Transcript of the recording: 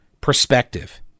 perspective